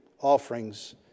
offerings